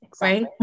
right